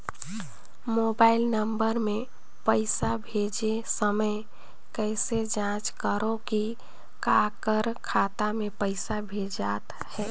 Mobile number मे पइसा भेजे समय कइसे जांच करव की काकर खाता मे पइसा भेजात हे?